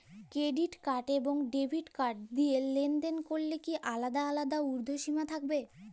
Credit card এবং debit card দিয়ে লেনদেন করলে কি আলাদা আলাদা ঊর্ধ্বসীমা থাকবে?